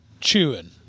Chewing